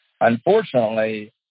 unfortunately